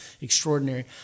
extraordinary